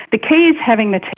the key is having the